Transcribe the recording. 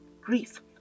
grief